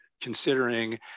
considering